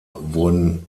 wurden